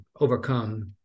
overcome